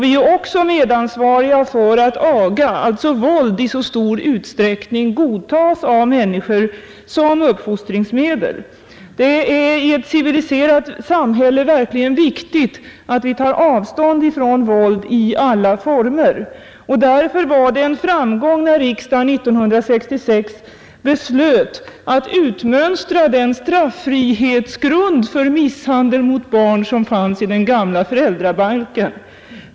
Vi är också ansvariga för att aga, alltså våld, i så stor utsträckning godtas av människor som uppfostringsmedel. Det är i ett civiliserat samhälle verkligen viktigt att vi tar avstånd från våld i alla former. Därför var det en framgång när riksdagen 1966 beslöt att utmönstra den straffrihetsgrund för misshandel mot barn som fanns i den gamla föräldrabalken.